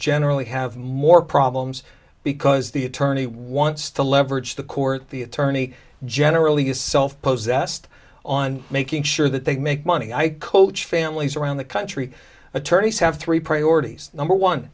generally have more problems because the attorney wants to leverage the court the attorney general use self possessed on making sure that they make money i coach families around the country attorneys have three priorities number one